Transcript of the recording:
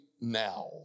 Now